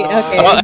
okay